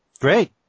Great